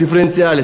דיפרנציאלי,